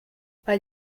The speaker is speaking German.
bei